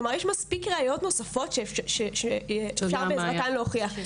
כלומר יש מספיק ראיות נוספות שאפשר בעזרתן להוכיח.